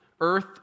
earth